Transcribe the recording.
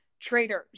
Traders